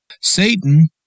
Satan